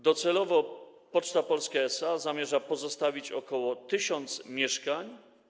Docelowo Poczta Polska SA zamierza pozostawić ok. 1000 mieszkań.